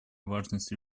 важность